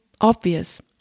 obvious